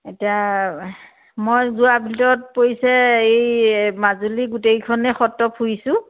এতিয়া মই যোৱাৰ ভিতৰত পৰিছে এই মাজুলীৰ গোটেইকেইখনে সত্ৰ ফুৰিছো